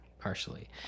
Partially